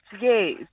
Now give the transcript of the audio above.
yes